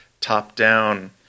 top-down